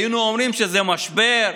היינו אומרים שזה משבר,